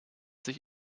sich